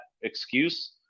excuse